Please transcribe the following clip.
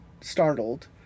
startled